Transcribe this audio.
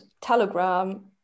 telegram